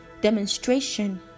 demonstration